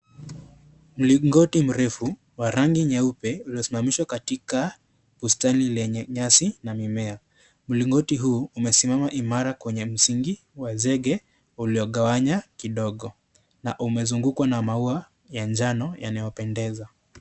Mlingoti mrefu wa rangi nyeupe, uliosimamishwa katika bustani lenye nyasi na mimea. Mlingoti huu, umesimama imara kwenye msingi wa zege ulio gawanya kidogo na umezungukwa na maua ya njano yanayopendeza.